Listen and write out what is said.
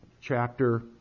chapter